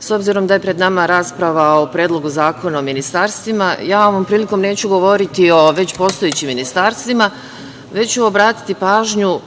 s obzirom da je pred nama rasprava o Predlogu zakona o ministarstvima, ja ovom prilikom neću govoriti o već postojećim ministarstvima, već ću obratiti pažnju